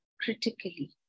critically